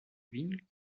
ville